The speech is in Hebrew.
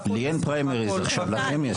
לי אין פריימריז עכשיו לכם יש.